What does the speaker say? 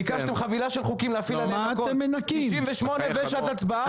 ביקשתם חבילה של חוקים להפעיל עליה 98 ושעת הצבעה.